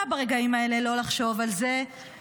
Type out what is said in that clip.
ברגעים האלה אני לא יכולה לא לחשוב על זה שיש